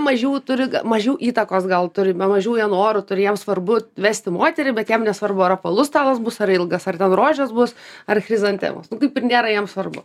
mažiau turi mažiau įtakos gal turime mažiau norų tai yra svarbu vesti moterį bet jam nesvarbu ar apvalus stalas bus ar ilgas ar ten rožės bus ar chrizantemos nu kaip ir nėra jam svarbu